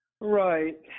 Right